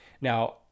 Now